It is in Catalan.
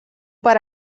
per